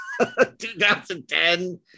2010